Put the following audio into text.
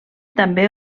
també